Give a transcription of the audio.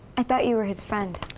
i thought you were his friend?